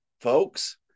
folks